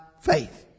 faith